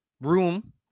room